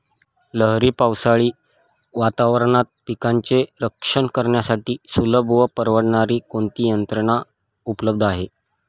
लहरी पावसाळी वातावरणात पिकांचे रक्षण करण्यासाठी सुलभ व परवडणारी कोणती यंत्रणा उपलब्ध आहे?